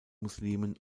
muslimen